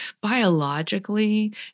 biologically